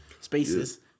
spaces